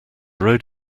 road